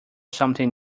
something